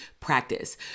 practice